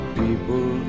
people